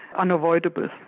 unavoidable